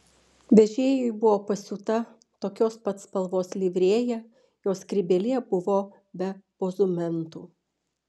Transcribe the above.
vežėjui buvo pasiūta tokios pat spalvos livrėja jo skrybėlė buvo be pozumentų